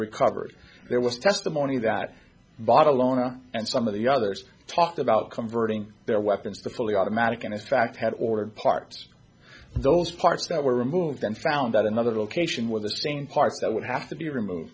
recovered there was testimony that bought alona and some of the others talked about converting their weapons to fully automatic and as fact had ordered parts those parts that were removed then found at another location with the same parts that would have to be removed